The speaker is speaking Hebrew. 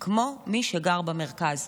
כמו מי שגר במרכז?